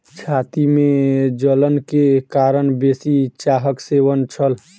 छाती में जलन के कारण बेसी चाहक सेवन छल